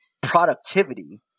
productivity